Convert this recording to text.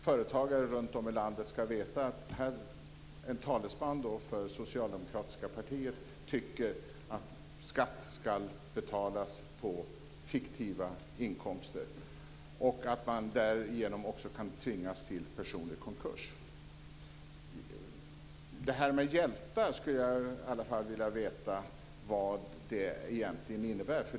Företagare runtom i landet ska veta att en talesman för det socialdemokratiska partiet tycker att skatt ska betalas på fiktiva inkomster och att man därigenom kan tvingas till personlig konkurs. Jag skulle vilja veta vad "hjältar" egentligen innebär.